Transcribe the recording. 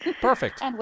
Perfect